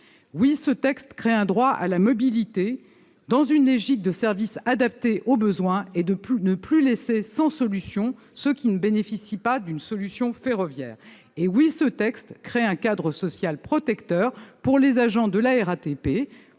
Oui, ce texte crée un droit à la mobilité dans une logique de services adaptés aux besoins et afin de ne plus laisser sans solution ceux qui ne bénéficient pas d'un service ferroviaire ! Oui, ce texte crée un cadre social protecteur pour les agents de la RATP,